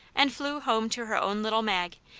and flew home to her own little mag,